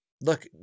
look